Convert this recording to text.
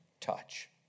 touch